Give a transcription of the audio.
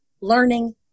learning